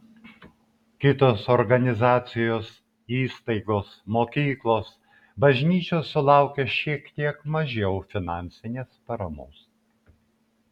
kitos organizacijos įstaigos mokyklos bažnyčios sulaukė šiek tiek mažiau finansinės paramos